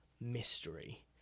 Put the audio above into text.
mystery